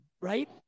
right